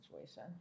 situation